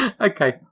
Okay